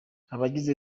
abagize